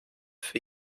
für